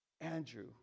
Andrew